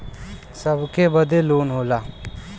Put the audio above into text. सबके बदे लोन होला